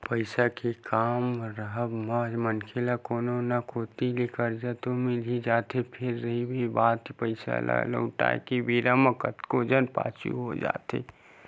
पइसा के काम राहब म मनखे ल कोनो न कोती ले करजा तो मिल ही जाथे फेर रहिगे बात पइसा ल लहुटाय के बेरा म कतको झन पाछू हो जाथे